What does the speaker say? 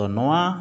ᱛᱚ ᱱᱚᱣᱟ